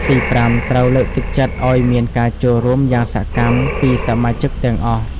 ទីប្រាំ ត្រូវ លើកទឹកចិត្តឲ្យមានការចូលរួមយ៉ាងសកម្ម ពីសមាជិកទាំងអស់។